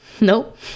Nope